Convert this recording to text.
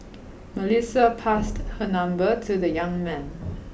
Melissa passed her number to the young man